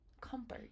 comfort